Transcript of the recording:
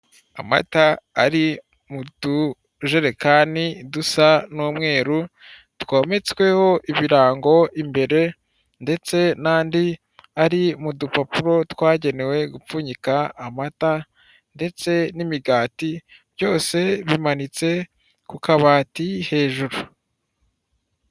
Amata ari mu tujerekani dusa n'umweru, twometsweho ibirango imbere, ndetse n'andi ari mu dupapuro twagenewe gupfunyika amata, ndetse n'imigati, byose bimanitse ku kabati hejuru.